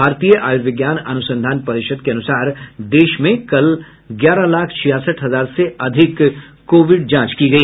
भारतीय आयुर्विज्ञान अनुसंधान परिषद के अनुसार देश में कल ग्यारह लाख छियासठ हजार से अधिक कोविड जांच की गई